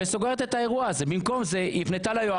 יקורת שיפוטית על מינויי שרים ובייחוד במקרים של מינויים